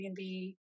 Airbnb